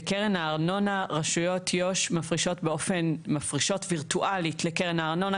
בקרן הארנונה רשויות יו"ש מפרישות וירטואלית לקרן הארנונה,